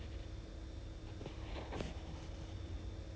two thousand five hundred !wah! 不错 oh 这么多